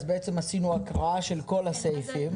אז עשינו הקראה של כל הסעיפים.